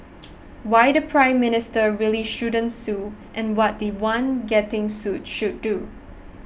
why the Prime Minister really shouldn't sue and what the one getting sued should do